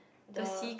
the